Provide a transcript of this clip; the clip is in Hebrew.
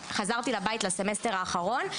חזרתי הביתה לסמסטר האחרון,